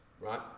right